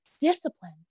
discipline